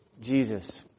Jesus